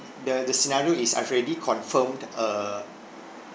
the the scenario is I've already confirmed a